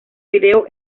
video